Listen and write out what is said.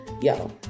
Yo